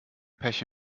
pech